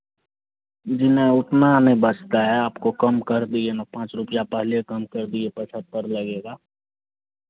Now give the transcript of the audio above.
जी नहीं उतना नहीं बचता है आपको कम कर दिए ना पाँच रुपैया पहले कम कर दिए पचहत्तर लगेगा